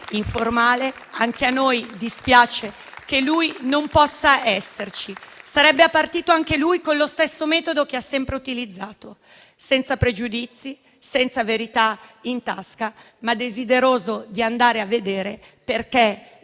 informale - che lui non possa esserci; sarebbe partito anche lui con lo stesso metodo che ha sempre utilizzato, senza pregiudizi, senza verità in tasca, ma desideroso di andare a vedere perché ancora una